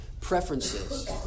preferences